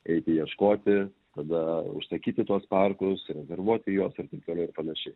eiti ieškoti tada užsakyti tuos parkus rezervuoti juos ir taip toliau ir panašiai